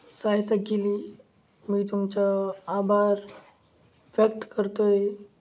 सहाय्यता केली मी तुमचा आभार व्यक्त करतो आहे